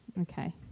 Okay